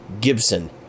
Gibson